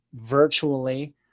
virtually